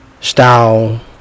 style